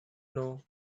know